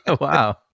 Wow